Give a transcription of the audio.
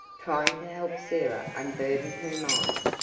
trying to help sarah unburden her mind.